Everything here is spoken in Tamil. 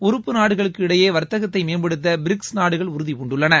உறுப்பு நாடுகளுக்கு இடையே வர்த்தகத்தை மேம்படுத்த பிரிக்ஸ் நாடுகள் உறுதிபூண்டுள்ளன